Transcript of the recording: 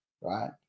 right